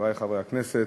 חברי חברי הכנסת,